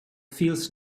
feels